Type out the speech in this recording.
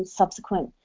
subsequent